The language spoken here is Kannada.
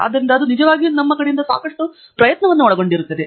ಆದ್ದರಿಂದ ಅದು ನಿಜವಾಗಿಯೂ ನಮ್ಮ ಕಡೆಯಿಂದ ಸಾಕಷ್ಟು ಪ್ರಯತ್ನವನ್ನು ಒಳಗೊಂಡಿರುತ್ತದೆ